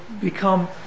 become